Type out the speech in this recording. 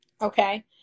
okay